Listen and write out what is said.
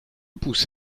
pouce